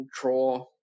draw